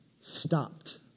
stopped